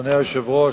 אדוני היושב-ראש,